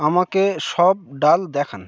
আমাকে সব ডাল দেখান